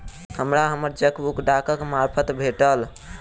हमरा हम्मर चेकबुक डाकक मार्फत भेटल